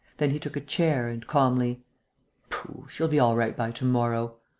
then he took a chair and, calmly pooh! she'll be all right by to-morrow.